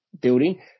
building